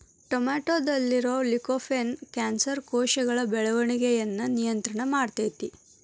ಟೊಮೆಟೊದಲ್ಲಿರುವ lycopene cancer ಕೋಶಗಳ ಬೆಳವಣಿಗಯನ್ನ ನಿಯಂತ್ರಣ ಮಾಡ್ತೆತಿ